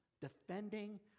defending